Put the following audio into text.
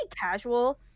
casual